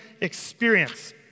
experience